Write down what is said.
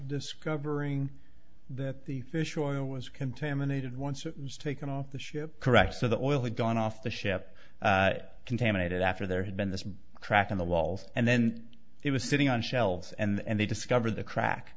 discovering that the fish oil was contaminated once it was taken off the ship correct so the oil had gone off the ship contaminated after there had been this crack in the walls and then it was sitting on shelves and they discovered the crack